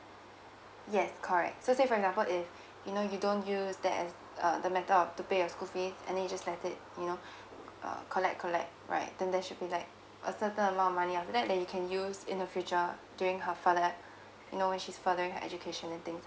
yes correct so say for example if you know you don't use that as uh the method of to pay your school fees and then you just let it you know uh collect collect right then there should be like a certain amount of money after that that you can use in the future during her further you know when she's furthering her education and things